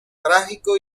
trágico